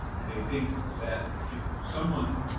and they think that if someone,